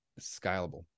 scalable